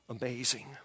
amazing